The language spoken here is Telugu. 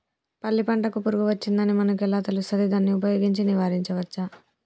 పల్లి పంటకు పురుగు వచ్చిందని మనకు ఎలా తెలుస్తది దాన్ని ఉపయోగించి నివారించవచ్చా?